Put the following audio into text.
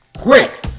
Quick